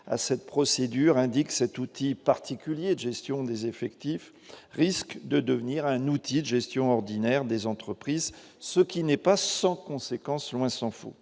à cette procédure, indique cet outil particulier de gestion des effectifs risquent de devenir un outil de gestion ordinaire des entreprises ce qui n'est pas sans conséquence, loin s'en faut,